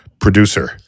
producer